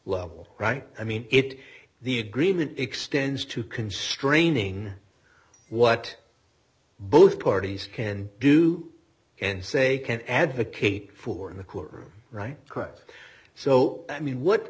level right i mean it the agreement extends to constraining what both parties can do and say can't advocate for in the courtroom right correct so i mean what